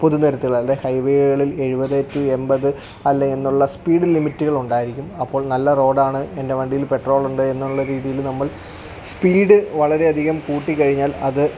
പൊതുനിരത്തിൽ അല്ലെ ഹൈവേകളിൽ എഴുപത് ടു എൺപത് അല്ലേ എന്നുള്ള സ്പീഡ് ലിമിറ്റുകൾ ഉണ്ടായിരിക്കും അപ്പോൾ നല്ല റോഡ് ആണ് എൻ്റെ വണ്ടിയിൽ പെട്രോൾ ഉണ്ട് എന്നുള്ള രീതിയിൽ നമ്മൾ സ്പീഡ് വളരെ അധികം കൂട്ടിക്കഴിഞ്ഞാൽ അത്